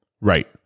Right